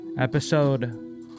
Episode